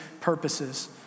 purposes